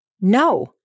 no